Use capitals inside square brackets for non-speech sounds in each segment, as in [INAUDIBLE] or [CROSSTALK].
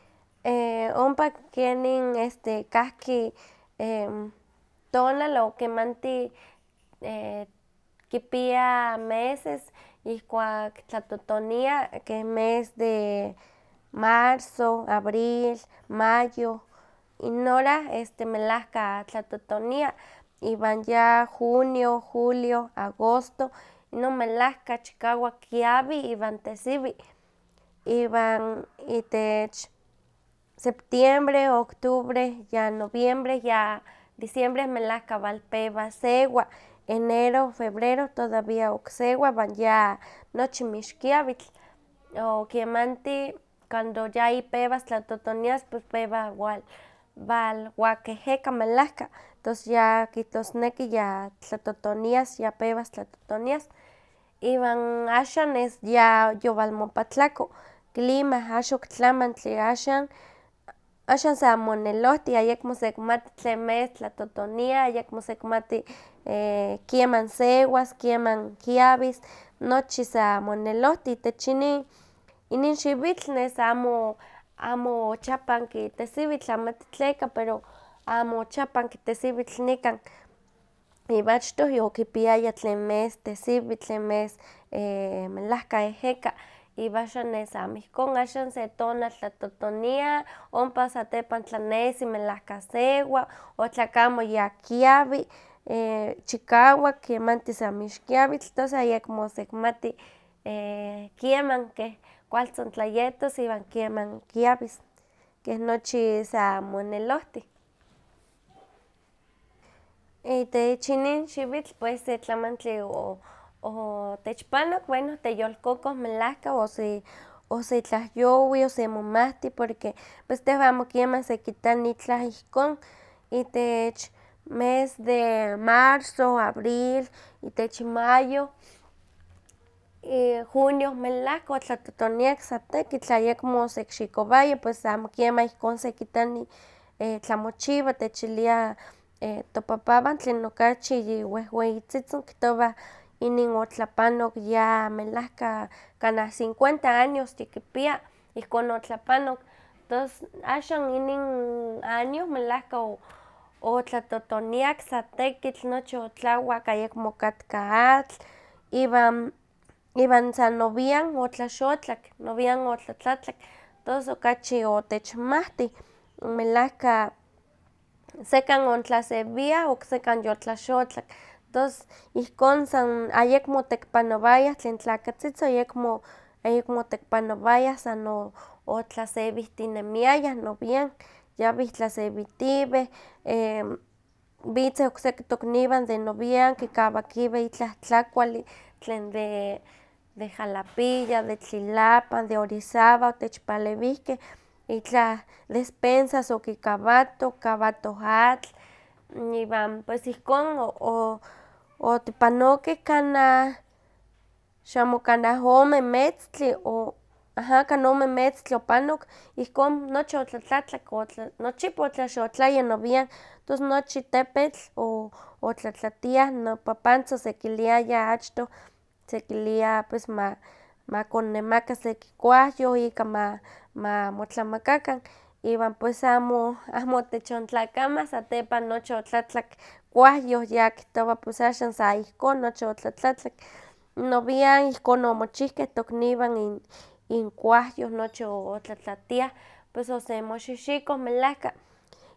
[HESITATION] ompa kenin este kahki [HESITATION] tonal o kemanti [HESITATION] kipia meses ihkuak tlatotonia, ken mes de marzo, abril, mayo, inon hora melahka tlatotonia, iwan ya junio, julio, agosto, inon melahka chikawak kiawi iwan tesiwi, iwan itech septiembre, octubre, ya noviembre, diciembre, melahka walpewa sewa. Enero, febrero todavía oksewa iwan ya nochi mixkiawitl, o kemanti, cuando yayipewas tlatotonias pues pewa wal wakeheka melahka, tos ya kihtosneki ya toatotonias, ya pewas tlatotonias. Iwan axan nes ya yowalmopatlako clima axan oktlamantli, axan sa monelohtiw, ayekmo sekimati tlen mes tlatotonia, ayekmo sekimati [HESITATION] kieman sewas, kieman kiawis, nochi sa monelohtiw. Itech inin inin xiwitl, nes amo ochapanki tesiwitl, amati tleka pero amo ochapanki tesiwitl nikan, iwan achtoh okipiaya tlen mes tesiwis, tlen mes [HESITATION] melahka eheke, iwan axan nes amo ihkon, axan nes se tonal tlatotonia, ompa satepasn tlanesi melahka sewa, otlakamo ya kiawi, [HESITATION] chiwakak, mekanti san mixkiawitl, tos ayekmo sekimati [HESITATION] keh keman, keh kualtzin tlayetos, iwan keman kiawis, keh nochi sa monelohtiw. Itech inin xiwitl, pues se tlamantli o otechpanok bueno teyolkokoh, melahka ose osetlahyowih, osemomahtih, porque pos tehwan amo keman sekitani itlah ihkon. Itech mes de marzo, abril, itech mayo y junio, melahka otlatotoniaya satekitl, ayekmo osekixikowaya pues amo keman ihkon sekitani tlamochiwa, [HESITATION] techiliah topapawan tlen okachi wehweyitzitzin inin otlapanok ya melahka kanah cincuenta años yikipia ihkon otlapanok. Tos axan inin año melahka otlatotoniak satekitl nochi otlawak ayekmo okatka atl, iwan iwan sa nowian otlaxotlak, nowian otlatlatlak, tos okachi otechmawti. Melahka sekan ontlasewiah, oksekan yotlaxotlak, tos ihkon sa ayekmo otekipanowayah tlen tlakatzitzin ayekmo ayekmo otekipanowayah, san otlasewihtinemiayah nowian, yawih tlasewitiweh, [HESITATION] witzeh okseki tokniwan de nowian, kikawakiweh itlah tlakuali, tlen de de jalapilla, de tlilapan, de orizaba otechpalewihkeh, itlah despensas okikawatoh, okikawatoh atl, iwan pues ihkon o- o- otipanokeh kanah xamo kanah ome metztli o aha kanah ome meztli opanok ihkon nochi otlatlalatk, nochipa otlaxotlaya nowian, tos nochi tepetl o- otlatlatiah. Nopapantzin osekiliaya achtoh, sekilia pues ma makonnemaka seki kuawyoh, ika ma- mamotlamakakan, iwan pues amo amo otechontlakamah, satepan nochi otlatlak kuawyoh, ya kihtowa pues axan sa ihkon, nochi otlatlatlak, nowian ihkon omochihkeh tokniwan in- inkuawyoh nochi o- otlatlatiah, pues osemoxihxikoh melahka.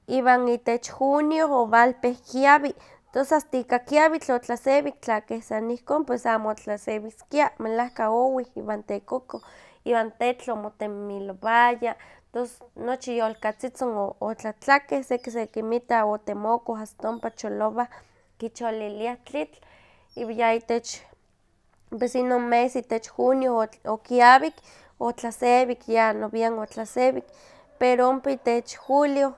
Iwan itech junio owalpeh kiawi. Tos asta ika kiawitl otlasewik, tla keh san ihkon pues amo otlasewiskia, melahka owih iwan tekokoh, iwan tetl omotemimilowaya, tos nochi yolkatzitzin otlatlakeh, seki sekinmita otemokoh asta ompa cholowah, kicholiliah tlitl, iwan ya itech pues inon mes itech junio okiawik, otlasewik ya nowian otlasewik, pero ompa itech julio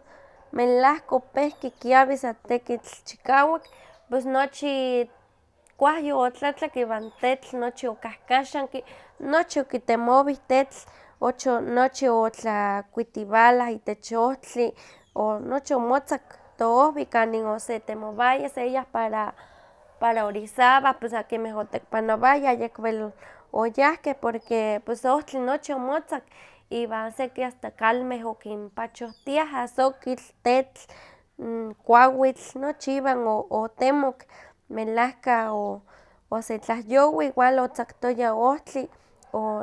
melahka opehki kiawi satekitl chikawak, pues nochi kuawyoh otlatlak, iwan tetl nochi okahkaxanki, nochi okitemowih tetl, nochi otlakuitiwalah, itech ohtli, nochi omotzak toohwi kanin osetemowaya seyah para para orizaba, pues akinmeh otekipanowayah ayekmo wel oyahkeh, porque ohtli nochi omotzak, iwan seki asta kalmeh okinpachohtiah asokitl, tetl, [HESITATION] kuawitl, nochi iwan o- otemok, melahka osetlahyowih, igual otzaktoya ohtli,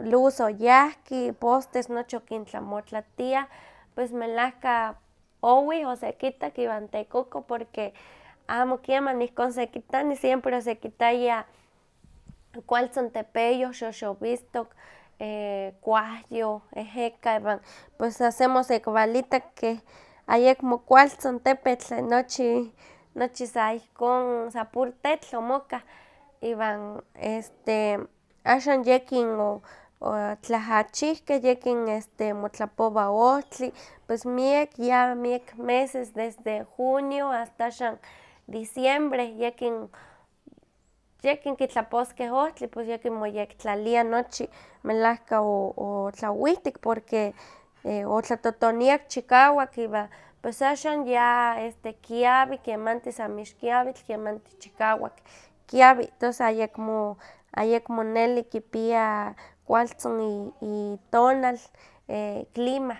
luz oyahki, postes nochi okintlamotlatiah, pues melahka owih osekitak iwan tekokoh porque amo keman ihkon sekitani, siempre osekitaya kualtzin tepeyoh xoxowistok, [HESITATION] kuawyoh, eheka, iwan pues san semi osekiwalitak keh ayekmo kualtzin tepetl tlen nochi, nochi sa ihkon sa puro tetl omokah, iwan este axan yekin o- otlahachihkeh, yekin motlapowa ohtli, pues miek ya miek meses desde junio asta axan diciembre yekin yekin kitlaposkeh ohtli, pues yekin moyektlalia nochi melahka o- otlaowihtik porque otlatotoniak chikawak, iwan pues axan ya kiawi, kemanti san mixkiawitl, kemanti san chikawak chiawi, tos ayekmo ayekmo neli kipia kualztin i- itonal [HESITATION] clima.